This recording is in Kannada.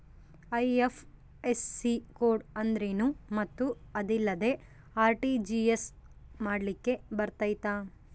ಐ.ಎಫ್.ಎಸ್.ಸಿ ಕೋಡ್ ಅಂದ್ರೇನು ಮತ್ತು ಅದಿಲ್ಲದೆ ಆರ್.ಟಿ.ಜಿ.ಎಸ್ ಮಾಡ್ಲಿಕ್ಕೆ ಬರ್ತೈತಾ?